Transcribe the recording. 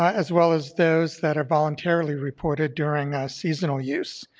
as well as those that are voluntarily reported during seasonal use.